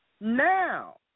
Now